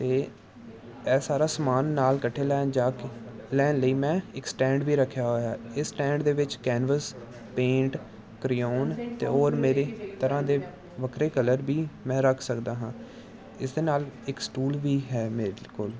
ਅਤੇ ਇਹ ਸਾਰਾ ਸਮਾਨ ਨਾਲ ਲੈਣ ਜਾ ਕੇ ਲੈਣ ਲਈ ਮੈਂ ਇੱਕ ਸਟੈਂਡ ਵੀ ਰੱਖਿਆ ਹੋਇਆ ਇਹ ਸਟੈਂਡ ਦੇ ਵਿੱਚ ਕੈਨਵਸ ਪੇਂਟ ਕਰੀਓਨ ਅਤੇ ਔਰ ਮੇਰੀ ਤਰ੍ਹਾਂ ਦੇ ਵੱਖਰੇ ਕਲਰ ਵੀ ਮੈਂ ਰੱਖ ਸਕਦਾ ਹਾਂ ਇਸ ਦੇ ਨਾਲ ਇੱਕ ਸਟੂਲ ਵੀ ਹੈ ਮੇਰੇ ਕੋਲ